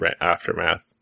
aftermath